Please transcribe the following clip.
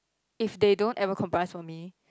if they don't ever compromise for me